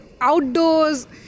outdoors